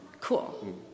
Cool